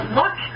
look